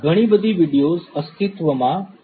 ઘણી બધી વિડીઓઝ અસ્તિત્વમાં છે